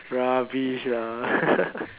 rubbish lah